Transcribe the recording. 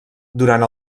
durant